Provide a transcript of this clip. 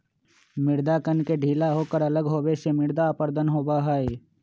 मृदा कण के ढीला होकर अलग होवे से मृदा अपरदन होबा हई